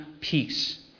peace